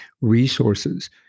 resources